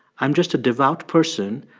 i'm just a devout person.